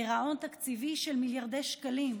גירעון תקציבי של מיליארדי שקלים,